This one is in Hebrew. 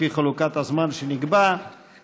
לפי חלוקת הזמן שנקבעה,